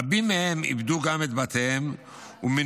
רבים מהם איבדו גם את בתיהם ומנועים